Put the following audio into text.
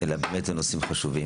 ובאמת אלה נושאים חשובים.